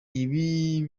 ibi